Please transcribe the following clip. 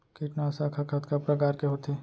कीटनाशक ह कतका प्रकार के होथे?